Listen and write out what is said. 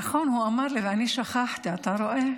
נכון, הוא אמר לי ואני שכחתי, אתה רואה?